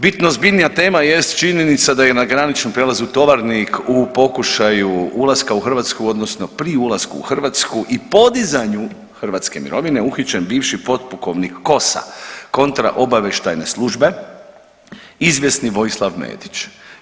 Bitno ozbiljnija tema jest činjenica da je na Graničnom prijelazu Tovarnik u pokušaju ulaska u Hrvatsku odnosno pri ulasku u Hrvatsku i podizanju hrvatske mirovine uhićen bivši potpukovnik KOS-a, Kontraobavještajne službe izvjesni Vojislav Medić.